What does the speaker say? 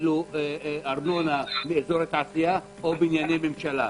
ארנונה לאזור התעשייה או בענייני ממשלה.